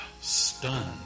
Stunned